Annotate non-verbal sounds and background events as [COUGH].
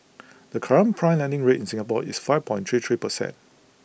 [NOISE] the current prime lending rate in Singapore is five point three three percent